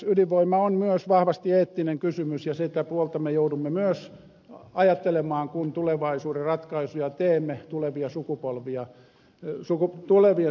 ydinvoima on myös vahvasti eettinen kysymys ja sitä puolta me joudumme myös ajattelemaan kun tulevaisuuden ratkaisuja teemme tulevien sukupolvien puolesta